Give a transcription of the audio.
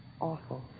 Awful